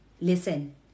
Listen